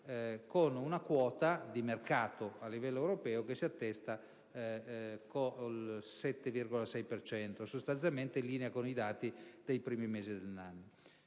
con una quota di mercato a livello europeo che si attesta al 7,6 per cento, sostanzialmente in linea con i dati dei primi mesi dell'anno.